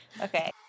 okay